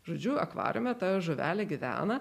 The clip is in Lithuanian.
žodžiu akvariume ta žuvelė gyvena